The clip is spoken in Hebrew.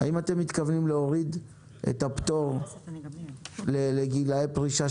האם אתם מתכוונים להוריד את הפטור לגילאי פרישה,